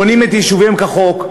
בונים את יישובם כחוק.